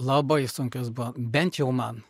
labai sunkios buvo bent jau man